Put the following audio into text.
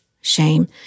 shame